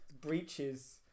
breaches